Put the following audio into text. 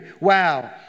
Wow